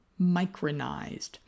micronized